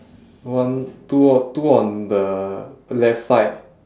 one two o~ two on the left side